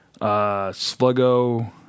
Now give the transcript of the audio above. Sluggo